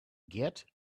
get